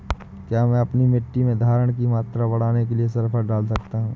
क्या मैं अपनी मिट्टी में धारण की मात्रा बढ़ाने के लिए सल्फर डाल सकता हूँ?